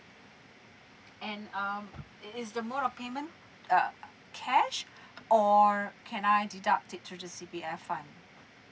and um is is the mode of payment uh err cash or can I deduct it through the C_P_F fund